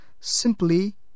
simply